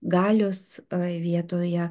galios vietoje